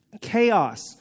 chaos